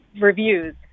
reviews